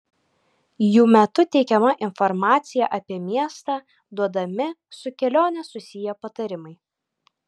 jų metu teikiama informacija apie miestą duodami su kelione susiję patarimai